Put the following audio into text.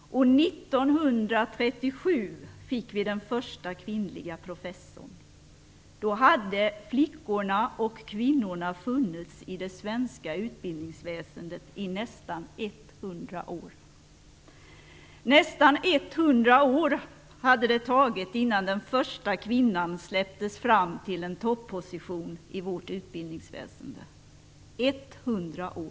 1937 fick vi den första kvinnliga professorn. Då hade flickorna och kvinnorna funnits i det svenska utbildningsväsendet i nästan 100 år. Nästan 100 år hade det tagit innan den första kvinnan släpptes fram till en topposition i vårt utbildningsväsende. 100 år!